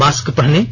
mask पहनें